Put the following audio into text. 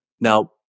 Now